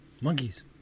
Monkeys